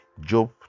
job